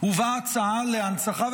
הובאה הצעה להנצחה,